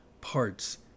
parts